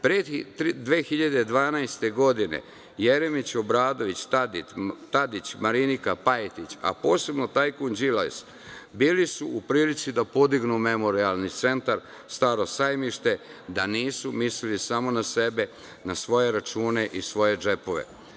Pre 2012. godine Jeremić, Obradović, Tadić, Marinika, Pajtić, a posebno tajkun Đilas bili su u prilici da podignu Memorijalni centar "Staro sajmište", da nisu mislili samo na sebe, na svoje račune i svoje džepove.